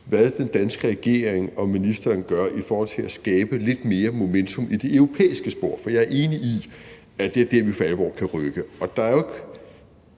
hvad den danske regering og ministeren gør i forhold til at skabe lidt mere momentum i det europæiske spor, for jeg er enig i, at det er der, hvor vi for alvor kan rykke.